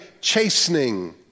chastening